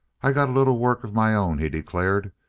i got a little work of my own, he declared.